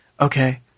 okay